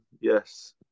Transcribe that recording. Yes